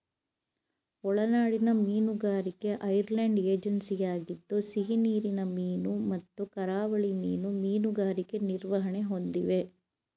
ಒಳನಾಡಿನ ಮೀನುಗಾರಿಕೆ ಐರ್ಲೆಂಡ್ ಏಜೆನ್ಸಿಯಾಗಿದ್ದು ಸಿಹಿನೀರಿನ ಮೀನು ಮತ್ತು ಕರಾವಳಿ ಮೀನು ಮೀನುಗಾರಿಕೆ ನಿರ್ವಹಣೆ ಹೊಂದಿವೆ